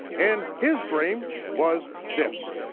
and his dream was this.